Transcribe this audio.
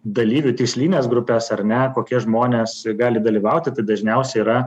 dalyvių tikslines grupes ar ne kokie žmonės gali dalyvauti tai dažniausiai yra